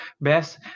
best